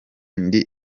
ndi